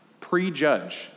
Prejudge